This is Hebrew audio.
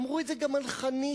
אמרו את זה גם על חניתה,